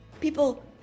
People